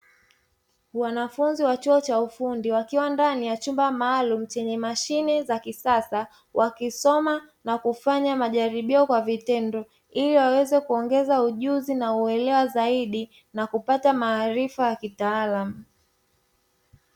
Wanafunzi wa chuo cha ufundi wakiwa ndani ya chumba maalumu chenye mashine za kisasa, wakisoma na kufanya majaribio kwa vitendo ili waweze kuongeza ujuzi na uelewa zaidi na kupata maarifa ya kitaalamu.